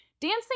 dancing